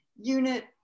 unit